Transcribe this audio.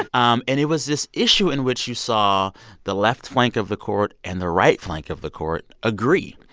and um and it was this issue in which you saw the left flank of the court and the right flank of the court agree.